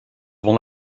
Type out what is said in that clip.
will